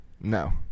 No